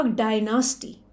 dynasty